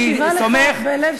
אני סומך, אני מקשיבה לך בלב שלם.